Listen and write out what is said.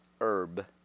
herb